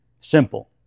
Simple